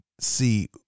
see